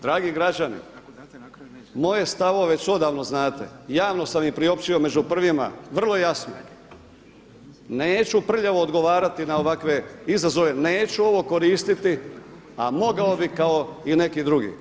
Dragi građani, moje stavove već odavno znate, javno sam ih priopćio među prvima, vrlo jasno, neću prljavo odgovarati na ovakve izazove, neću ovo koristiti, a mogao bi kao i neki drugi.